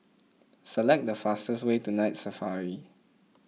select the fastest way to Night Safari